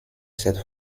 cette